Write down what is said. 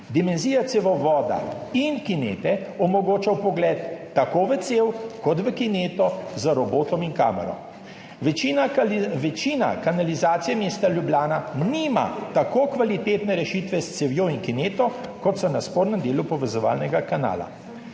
Dimenzija cevovoda in kinete omogoča vpogled tako v cev kot v kineto z robotom in kamero. Večina kanalizacije mesta Ljubljana nima tako kvalitetne rešitve s cevjo in kineto, kot so na spodnjem delu povezovalnega kanala.